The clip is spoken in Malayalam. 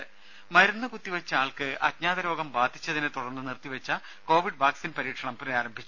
രുമ മരുന്ന് കുത്തിവെച്ച ആൾക്ക് അജ്ഞാതരോഗം ബാധിച്ചതിനെ തുടർന്ന് നിർത്തിവെച്ച കോവിഡ് വാക്സിൻ പരീക്ഷണം പുനഃരാരംഭിച്ചു